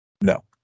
no